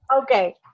Okay